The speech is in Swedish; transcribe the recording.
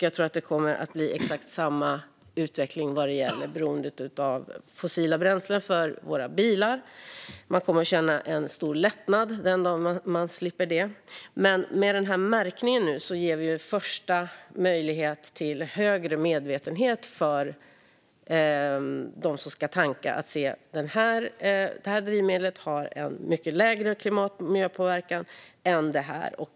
Jag tror att det kommer att bli exakt samma utveckling vad gäller beroendet av fossila bränslen i våra bilar. Man kommer att känna en stor lättnad den dagen man slipper det. Med klimatmärkningen ger vi en första möjlighet till större medvetenhet hos dem som ska tanka om vilka drivmedel som har en lägre klimat och miljöpåverkan än andra.